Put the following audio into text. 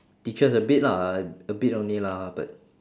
teaches a bit lah a bit only lah but